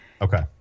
okay